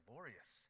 Glorious